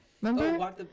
remember